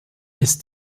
ist